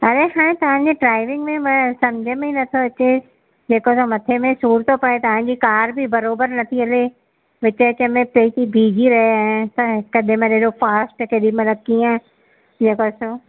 अरे हाणे तव्हांजे ड्राइविंग में मैं सम्झि में ई नथो अचे जेकॾहिं मथे में सूर थो पए तव्हांजी कार बि बराबरि नथी हले विच विच में कई कई बीह जी रहे ऐं असांजे केॾीमहिल एॾो फास्ट केॾीमहिल कीअं जेको असां